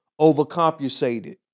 overcompensated